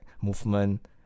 movement